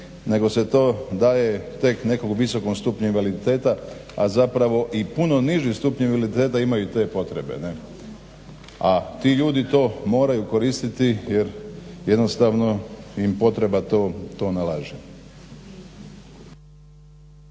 nego se to daje tek u nekom visokom stupnju invaliditeta, a zapravo i puno niži stupnjevi invaliditeta imaju te potrebe ne'. A ti ljudi to moraju koristiti jer jednostavno im potreba to nalaže.